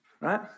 Right